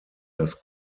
das